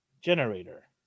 Generator